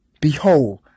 behold